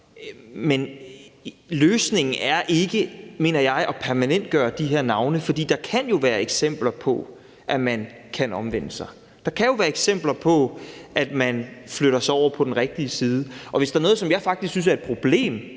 Men løsningen er ikke, mener jeg, at permanentgøre de her navne, for der kan jo være eksempler på, at man kan omvende sig. Der kan jo være eksempler på, at man flytter sig over på den rigtige side. Og hvis der er noget, som jeg faktisk synes er et problem